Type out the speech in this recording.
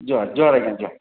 ଜୁହାର ଜୁହାର ଆଜ୍ଞା ଜୁହାର